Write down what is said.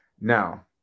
Now